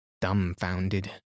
Dumbfounded